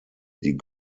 die